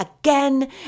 again